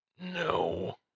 No